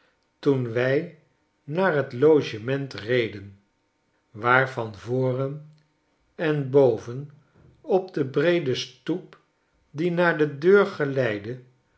toen wij naar het logement reden waar van voren en boven op de breede stoep die naar de deur geleidde